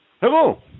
Hello